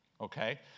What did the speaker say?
okay